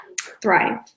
thrive